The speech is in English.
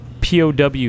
POW